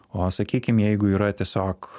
o sakykim jeigu yra tiesiog